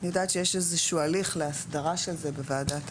אני יודעת שיש איזה שהוא הליך להסדרה של זה בוועדת העבודה,